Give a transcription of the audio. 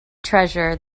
treasure